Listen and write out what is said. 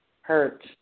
hurt